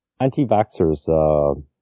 anti-vaxxers